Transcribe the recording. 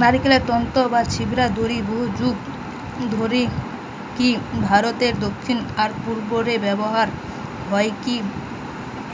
নারকেল তন্তু বা ছিবড়ার দড়ি বহুযুগ ধরিকি ভারতের দক্ষিণ আর পূর্ব রে ব্যবহার হইকি